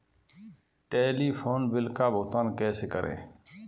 Telephone bill का भुगतान कैसे करें?